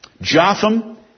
Jotham